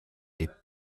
est